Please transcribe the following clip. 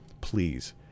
please